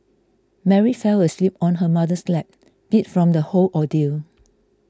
Mary fell asleep on her mother's lap beat from the whole ordeal